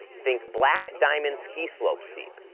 think black diamond ski slope steep.